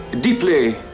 deeply